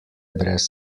brez